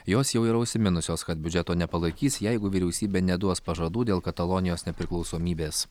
jos jau yra užsiminusios kad biudžeto nepalaikys jeigu vyriausybė neduos pažadų dėl katalonijos nepriklausomybės